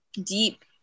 deep